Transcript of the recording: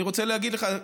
אני רוצה להגיד לך,